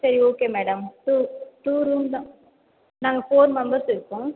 சரி okay madam two two room தான் நாங்கள் ஃபோர் மெம்பர்ஸ் இருக்கோம்